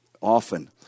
often